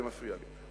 זה מפריע לי,